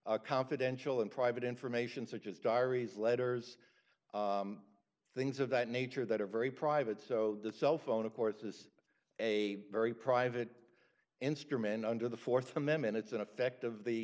of confidential and private information such as diaries letters things of that nature that are very private so the cell phone of course is a very private instrument under the fourth amendment it's in effect of the